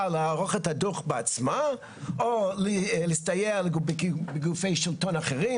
לערוך את הדוח בעצמה או להסתייע בגופי שלטון אחר,